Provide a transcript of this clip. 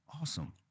awesome